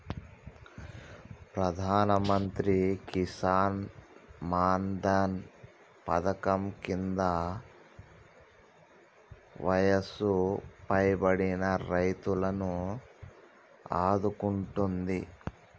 ప్రధానమంత్రి కిసాన్ మాన్ ధన్ పధకం కింద వయసు పైబడిన రైతులను ఆదుకుంటుంది